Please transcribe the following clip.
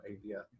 idea